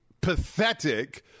pathetic